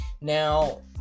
now